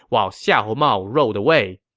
while xiahou mao rode away.